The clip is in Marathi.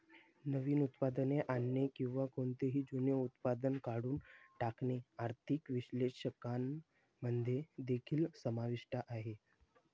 नवीन उत्पादने आणणे किंवा कोणतेही जुने उत्पादन काढून टाकणे आर्थिक विश्लेषकांमध्ये देखील समाविष्ट आहे